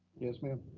yes, ma'am.